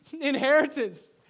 inheritance